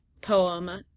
poem